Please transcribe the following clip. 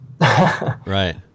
Right